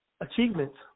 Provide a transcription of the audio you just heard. achievements